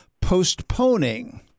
postponing